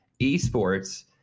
esports